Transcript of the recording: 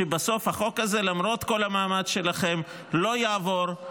ובסוף החוק הזה, למרות כל המאמץ שלכם, לא יעבור.